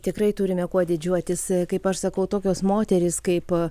tikrai turime kuo didžiuotis kaip aš sakau tokios moterys kaip